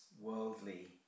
worldly